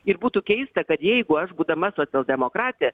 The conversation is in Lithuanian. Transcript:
ir būtų keista kad jeigu aš būdama socialdemokratė